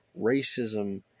racism